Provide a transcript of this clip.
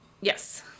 yes